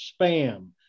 spam